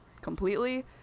completely